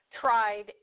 tried